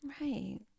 Right